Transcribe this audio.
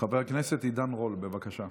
חבר הכנסת עידן רול, בבקשה.